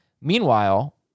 Meanwhile